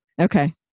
Okay